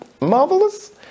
Marvelous